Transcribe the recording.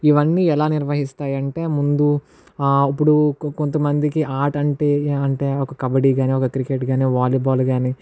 ఇవన్నీ ఎలా నిర్వహిస్తాయి అంటే ముందు ఇప్పుడు కొంతమందికి ఆట అంటే ఏమి అంటే ఒక కబడ్డీ కానీ ఒక క్రికెట్ కానీ ఒక వాలీబాల్ కానీ